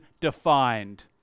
defined